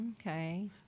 Okay